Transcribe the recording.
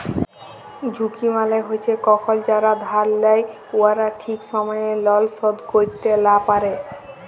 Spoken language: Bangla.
ঝুঁকি মালে হছে কখল যারা ধার লেই উয়ারা ঠিক সময়ে লল শোধ ক্যইরতে লা পারে